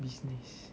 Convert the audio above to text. business